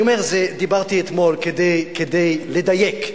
דיברתי אתמול עם אריק נחמקין, כדי לדייק,